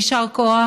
יישר כוח,